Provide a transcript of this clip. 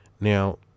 Now